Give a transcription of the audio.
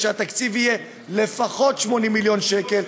שהתקציב יהיה לפחות 80 מיליון שקל,